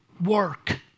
Work